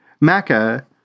Mecca